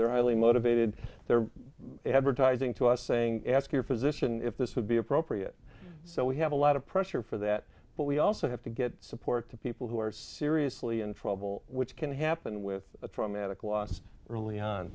they're highly motivated they're advertising to us saying ask your physician if this would be appropriate so we have a lot of pressure for that but we also have to get support to people who are seriously in trouble which can happen with a traumatic